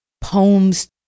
poems